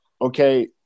Okay